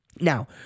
Now